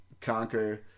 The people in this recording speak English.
conquer